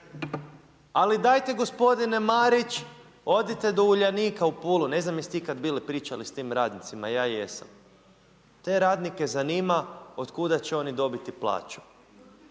ali dajte gospodine Marić odite do Uljanika u Pulu, ne znam jeste ikad bili, pričali s tim radnicima? Ja jesam. Te radnike zanima od kuda će oni dobiti plaću